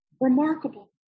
Remarkable